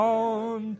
on